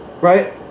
right